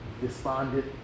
despondent